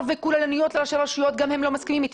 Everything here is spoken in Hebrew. כוללניות לראשי רשויות גם הם לא מסכימים איתי.